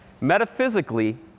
Metaphysically